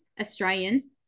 Australians